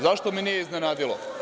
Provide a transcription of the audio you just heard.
Zašto me nije iznenadilo?